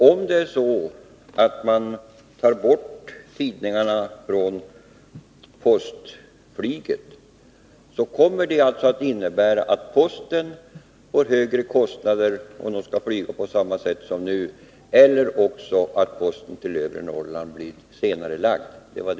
Om man tar bort tidningarna från postflyget, kommer det att innebära antingen att postverket får högre kostnader för sin postbefordran om den skall ske på samma sätt som nu eller också att posten till övre Norrland blir senarelagd.